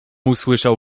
usłyszał